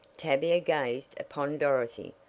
tavia gazed upon dorothy,